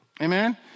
Amen